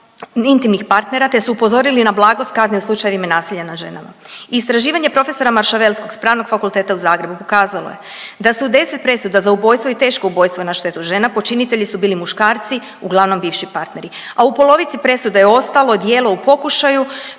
intimnih partnera, te su upozorili na blagost kazne u slučajevima nasilja nad ženama. Istraživanje prof. Maršavelskog s Pravnog fakulteta u Zagrebu pokazalo je da se u 10 presuda za ubojstvo i teško ubojstvo na štetu žena počinitelji su bili muškarci, uglavnom bivši partneri, a u polovici presuda je ostalo djelo u pokušaju,